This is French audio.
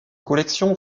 collections